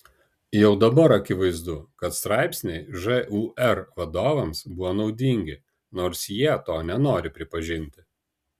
jau dabar akivaizdu kad straipsniai žūr vadovams buvo naudingi nors jie to nenori pripažinti